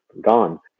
gone